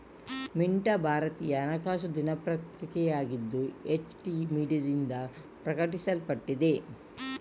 ಮಿಂಟಾ ಭಾರತೀಯ ಹಣಕಾಸು ದಿನಪತ್ರಿಕೆಯಾಗಿದ್ದು, ಎಚ್.ಟಿ ಮೀಡಿಯಾದಿಂದ ಪ್ರಕಟಿಸಲ್ಪಟ್ಟಿದೆ